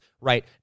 right